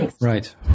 Right